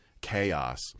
chaos